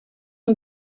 nur